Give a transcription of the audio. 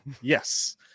Yes